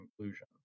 conclusion